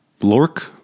Lork